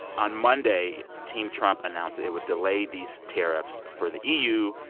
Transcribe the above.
on monday, team trump announced that it would delay these tariffs for the eu,